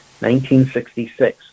1966